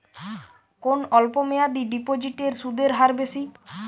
কোন অল্প মেয়াদি ডিপোজিটের সুদের হার বেশি?